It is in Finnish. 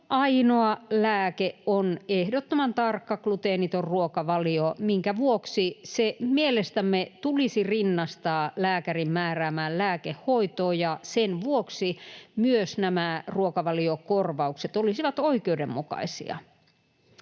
ainoa lääke on ehdottoman tarkka gluteeniton ruokavalio, minkä vuoksi se mielestämme tulisi rinnastaa lääkärin määräämään lääkehoitoon, ja sen vuoksi myös nämä ruokavaliokorvaukset olisivat oikeudenmukaisia.